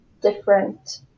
different